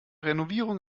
renovierung